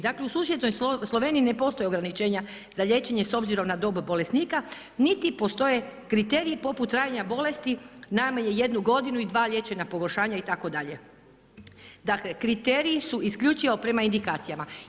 Dakle u susjednoj Sloveniji ne postoje ograničenja za liječenje s obzirom na dob bolesnika, niti postoje kriteriji poput trajanja bolesti najmanje jednu godinu i dva liječenja pogoršanja itd., dakle kriteriji su isključivo prema indikacijama.